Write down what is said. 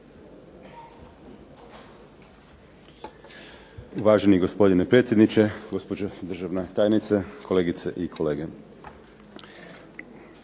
Uvaženi gospodine predsjedniče, gospođo državna tajnice, kolegice i kolege.